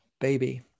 baby